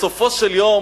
בסופו של דבר